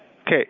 Okay